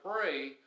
pray